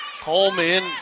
Coleman